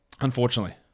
unfortunately